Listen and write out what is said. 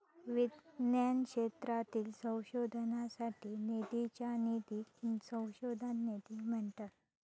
विज्ञान क्षेत्रातील संशोधनासाठी निधीच्या निधीक संशोधन निधी म्हणतत